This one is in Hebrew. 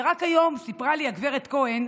ורק היום סיפרה לי הגב' כהן